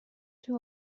توی